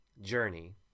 journey